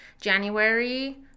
January